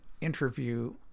interview